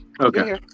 okay